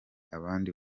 abandi